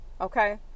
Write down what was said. Okay